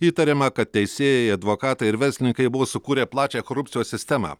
įtariama kad teisėjai advokatai ir verslininkai buvo sukūrę plačią korupcijos sistemą